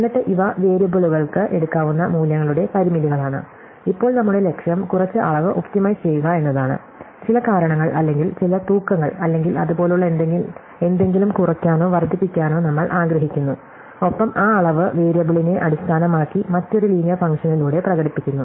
എന്നിട്ട് ഇവ വേരിയബിളുകൾക്ക് എടുക്കാവുന്ന മൂല്യങ്ങളുടെ പരിമിതികളാണ് ഇപ്പോൾ നമ്മുടെ ലക്ഷ്യം കുറച്ച് അളവ് ഒപ്റ്റിമൈസ് ചെയ്യുക എന്നതാണ് ചില കാരണങ്ങൾ അല്ലെങ്കിൽ ചില തൂക്കങ്ങൾ അല്ലെങ്കിൽ അതുപോലുള്ള എന്തെങ്കിലും കുറയ്ക്കാനോ വർദ്ധിപ്പിക്കാനോ നമ്മൾ ആഗ്രഹിക്കുന്നു ഒപ്പം ആ അളവ് വേരിയബിളിനെ അടിസ്ഥാനമാക്കി മറ്റൊരു ലീനിയർ ഫംഗ്ഷനിലൂടെ പ്രകടിപ്പിക്കുന്നു